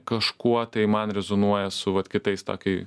kažkuo tai man rezonuoja su vat kitais tokį